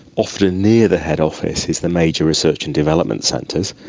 often near the head office is the major research and development centres.